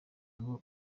ngo